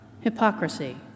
hypocrisy